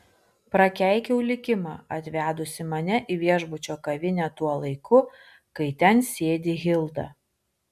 prakeikiau likimą atvedusį mane į viešbučio kavinę tuo laiku kai ten sėdi hilda